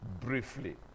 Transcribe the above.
briefly